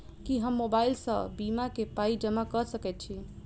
की हम मोबाइल सअ बीमा केँ पाई जमा कऽ सकैत छी?